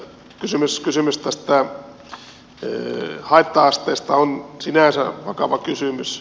kysymys tästä haitta asteesta on sinänsä vakava kysymys